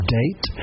date